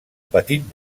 petit